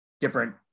different